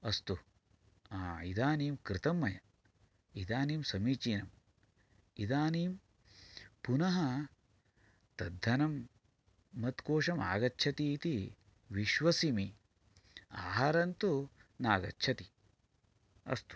अस्तु इदानीं कृतं मया इदानीं समीचीनम् इदानीं पुनः तद्धनं मत्कोशम् आगच्छति इति विश्वसिमि आहारं तु न आगच्छति अस्तु